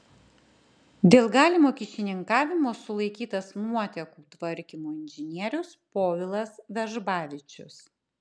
dėl galimo kyšininkavimo sulaikytas nuotėkų tvarkymo inžinierius povilas vežbavičius